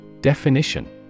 Definition